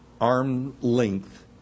arm-length